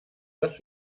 das